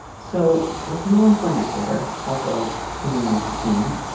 so let's move on to our next letter. also, similar theme,